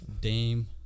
Dame